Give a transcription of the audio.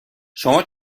شما